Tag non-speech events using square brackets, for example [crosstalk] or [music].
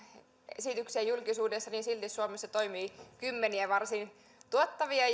esityksiä julkisuudessa niin silti suomessa toimii kymmeniä varsin tuottavia [unintelligible]